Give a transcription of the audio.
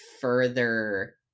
further